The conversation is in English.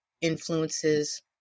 influences